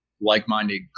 like-minded